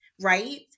Right